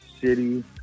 City